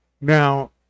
Now